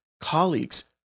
colleagues